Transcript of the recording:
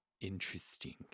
Interesting